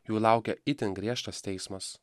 jų laukia itin griežtas teismas